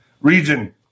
region